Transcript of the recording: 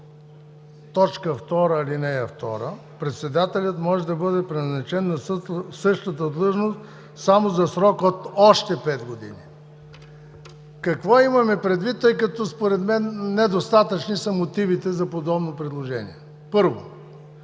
по т. 2, ал. 2 – председателят може да бъде преназначен на същата длъжност само за срок от още пет години. Какво имаме предвид, тъй като според мен недостатъчни са мотивите за подобно предложение? Първо,